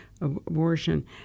abortion